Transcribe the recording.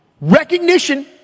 recognition